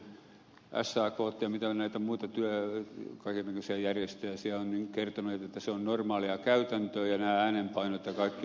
sitten sakt ja mitä näitä muita kaiken näköisiä järjestöjä siellä on ovat kertoneet että se on normaalia käytäntöä nämä äänenpainot ja kaikki ovat tämmöisiä